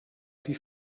die